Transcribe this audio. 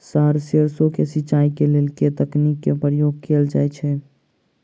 Sir सैरसो केँ सिचाई केँ लेल केँ तकनीक केँ प्रयोग कैल जाएँ छैय?